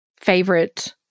favorite